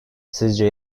sizce